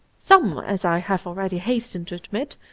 some, as i have already hastened to admit,